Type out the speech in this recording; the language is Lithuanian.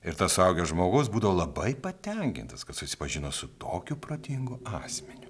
ir tas suaugęs žmogus būdavo labai patenkintas kad susipažino su tokiu protingu asmeniu